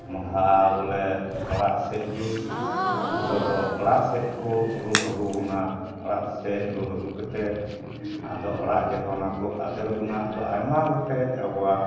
ᱢᱚᱰᱷᱟᱜᱼᱟ ᱵᱚᱞᱮ ᱚᱲᱟᱜ ᱥᱮᱫ ᱜᱮ ᱱᱤᱛᱚᱜ ᱫᱚ ᱚᱲᱟᱜ ᱥᱮᱫ ᱠᱚ ᱨᱩ ᱟᱹᱜᱩ ᱵᱚᱱᱟ ᱚᱲᱟᱜ ᱥᱮᱫ ᱨᱩ ᱟᱹᱜᱩ ᱠᱟᱛᱮᱫ ᱟᱫᱚ ᱚᱲᱟᱜ ᱡᱚᱠᱷᱚᱱ ᱠᱚ ᱟᱫᱮᱨ ᱵᱚᱱᱟ ᱟᱫᱚ ᱟᱭᱢᱟ ᱜᱚᱴᱮᱡ ᱟᱵᱚᱣᱟᱜ